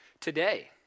today